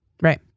Right